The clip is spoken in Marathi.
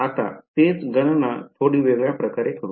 आता तेच गणना थोडी वेगळ्या प्रकारे करू